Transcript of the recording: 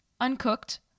uncooked